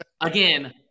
Again